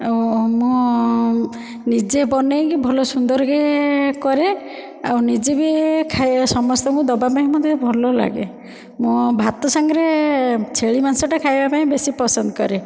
ଆଉ ମୁଁ ନିଜେ ବନେଇକି ଭଲ ସୁନ୍ଦରକି କରେ ଆଉ ନିଜେ ବି ଖାଇବା ସମସ୍ତଙ୍କୁ ଦେବା ପାଇଁ ମଧ୍ୟ ଭଲ ଲାଗେ ମୁଁ ଭାତ ସାଙ୍ଗରେ ଛେଳି ମାଂସଟା ଖାଇବା ପାଇଁ ବେଶୀ ପସନ୍ଦ କରେ